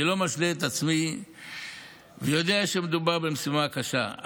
אני לא משלה את עצמי ויודע שמדובר במשימה קשה,